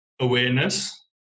awareness